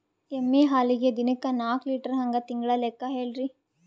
ಎಮ್ಮಿ ಹಾಲಿಗಿ ದಿನಕ್ಕ ನಾಕ ಲೀಟರ್ ಹಂಗ ತಿಂಗಳ ಲೆಕ್ಕ ಹೇಳ್ರಿ?